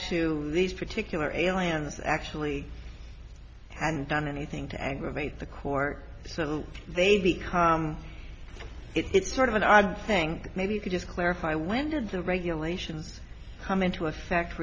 to these particular aliens actually and done anything to aggravate the court so they become it's sort of an odd thing maybe you could just clarify when did the regulations come into effect